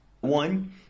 one